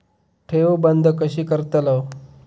ठेव बंद कशी करतलव?